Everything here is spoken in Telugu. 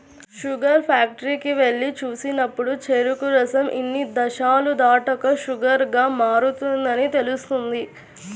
షుగర్ ఫ్యాక్టరీకి వెళ్లి చూసినప్పుడు చెరుకు రసం ఇన్ని దశలు దాటాక షుగర్ గా మారుతుందని తెలుస్తుంది